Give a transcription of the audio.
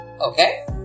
Okay